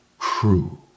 true